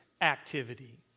activity